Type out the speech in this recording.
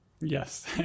Yes